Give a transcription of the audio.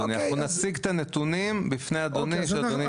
אנחנו נציג את הנתונים בפני אדוני, שאדוני יתרשם.